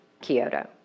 Kyoto